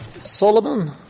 Solomon